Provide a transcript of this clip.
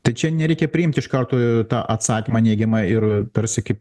tai čia nereikia priimt iš karto tą atsakymą neigiamą ir tarsi kaip